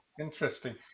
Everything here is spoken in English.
Interesting